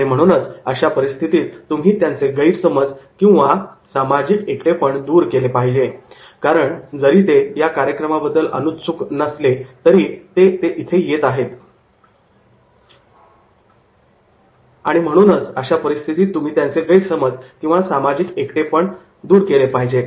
आणि म्हणूनच अशा परिस्थितीत तुम्ही त्यांचे गैरसमज किंवा सामाजिक एकटेपण दूर केले पाहिजे